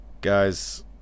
Guys